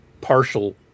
partial